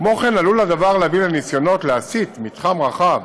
כמו כן עלול הדבר להביא לניסיונות להסיט מתחם רחב